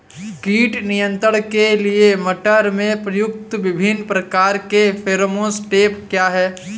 कीट नियंत्रण के लिए मटर में प्रयुक्त विभिन्न प्रकार के फेरोमोन ट्रैप क्या है?